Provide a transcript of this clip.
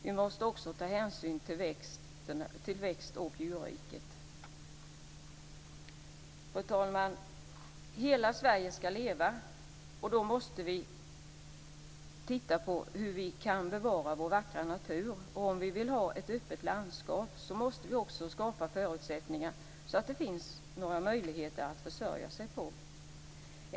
Vi måste också ta hänsyn till växt och djurriket. Fru talman! Hela Sverige skall leva, och då måste vi titta på hur vi kan bevara vår vackra natur. Om vi vill ha ett öppet landskap måste vi också skapa förutsättningar så att det finns möjligheter att försörja sig.